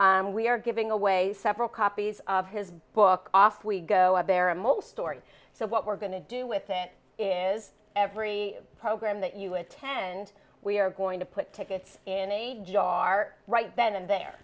library we're giving away several copies of his book off we go up there a mole story so what we're going to do with it is every program that you attend we are going to put tickets in a jar right then and there